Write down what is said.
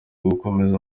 gukomeza